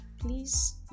Please